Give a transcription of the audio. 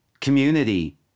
community